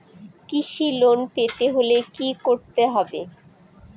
কৃষি লোন পেতে হলে কি করতে হবে?